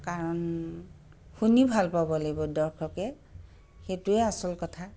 কাৰণ শুনি ভাল পাব লাগিব দৰ্শকে সেইটোৱে আচল কথা